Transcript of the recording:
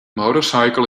motorcycle